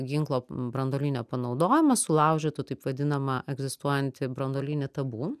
ginklo branduolinio panaudojimas sulaužytų taip vadinamą egzistuojantį branduolinį tabu